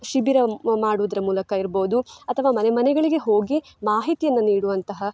ಶಿಬಿರ ಮಾಡುವುದ್ರ ಮೂಲಕ ಇರ್ಬೋದು ಅಥವಾ ಮನೆ ಮನೆಗಳಿಗೆ ಹೋಗಿ ಮಾಹಿತಿಯನ್ನು ನೀಡುವಂತಹ